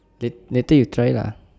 lat~ later you try lah